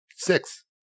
Six